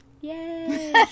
Yay